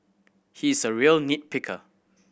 he is a real nit picker